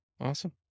Awesome